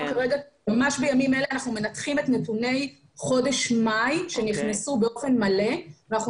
ממש בימים אלה אנחנו מנתחים את נתוני חודש מאי שנכנסו באופן מלא ואנחנו